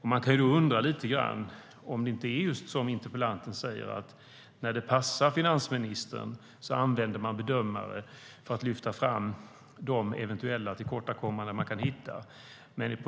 Jag kan då undra lite grann om det inte är just som interpellanten säger, nämligen att man när det passar finansministern använder bedömare för att lyfta fram de eventuella tillkortakommanden man kan hitta.